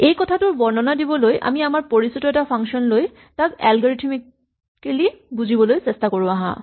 এই কথাটোৰ বৰ্ণনা দিবলৈ আমি আমাৰ পৰিচিত এটা ফাংচন লৈ তাক এলগৰিথমিকেলী বুজিবলৈ চেষ্টা কৰোঁ আহাঁ